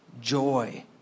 Joy